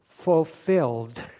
Fulfilled